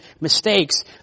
mistakes